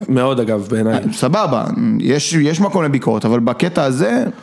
מאוד אגב, בעיניי. סבבה, יש מקום לביקורות, אבל בקטע הזה...